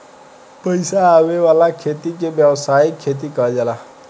पईसा आवे वाला खेती के व्यावसायिक खेती कहल जाला